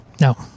No